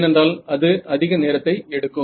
ஏனென்றால் அது அதிக நேரத்தை எடுக்கும்